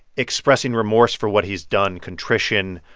expressing remorse for what he's done contrition,